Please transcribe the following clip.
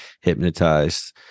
hypnotized